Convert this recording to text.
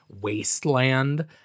wasteland